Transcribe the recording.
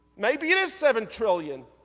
maybe it is seven trillion.